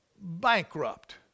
bankrupt